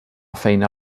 feina